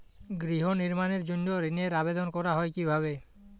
গৃহ নির্মাণের জন্য ঋণের আবেদন করা হয় কিভাবে?